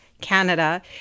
Canada